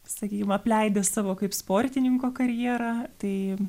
sakykim apleidęs savo kaip sportininko karjerą tai